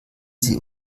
sie